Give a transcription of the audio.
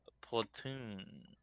Platoon